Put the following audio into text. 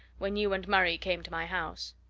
when you and murray came to my house.